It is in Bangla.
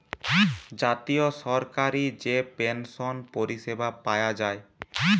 জাতীয় সরকারি যে পেনসন পরিষেবা পায়া যায়